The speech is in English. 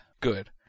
Good